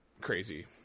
crazy